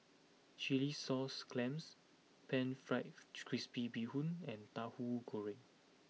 Chilli Sauce Clams Pan Fried Chips Crispy Bee Hoon and Tahu Goreng